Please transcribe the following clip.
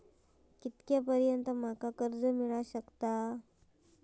कितक्या पर्यंत माका कर्ज मिला शकता?